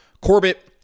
Corbett